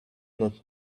not